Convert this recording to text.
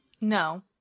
No